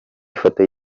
ifoto